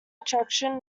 attraction